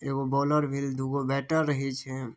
एगो बॉलर भेल दूगो बैटर रहै छै